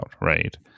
Right